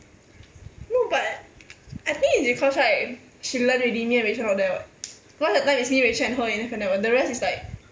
no but I think it's because right she learn already me and rachel not there what cause that time is me rachel and her in F&N [what] the rest is like